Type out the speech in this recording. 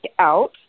out